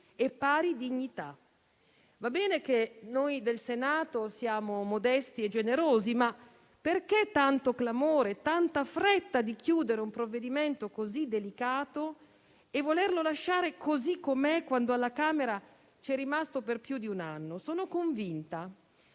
e dignità: va bene che noi siamo modesti e generosi, ma perché tanto clamore e tanta fretta di chiudere un provvedimento così delicato e volerlo lasciare così com'è, quando alla Camera ci è rimasto per più di un anno? Sono convinta